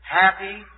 happy